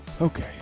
Okay